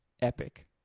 epic